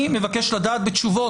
אני מבקש לדעת בתשובות,